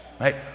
Right